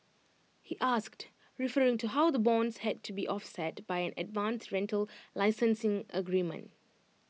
he asked referring to how the bonds had to be offset by an advance rental licensing agreement